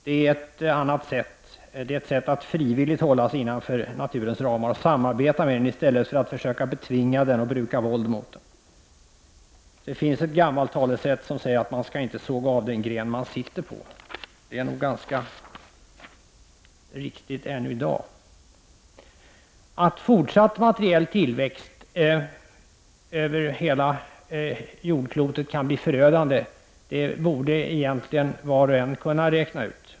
Det är ett sätt att frivilligt hålla sig innanför naturens ramar och samarbeta med den i stället för att försöka betvinga den och bruka våld mot den. Det finns ett gammalt talesätt som säger att man inte skall såga av den gren man sitter på. Det är nog ganska riktigt än i dag. Att fortsatt materiell tillväxt över hela jordklotet kan bli förödande borde egentligen var och en kunna räkna ut.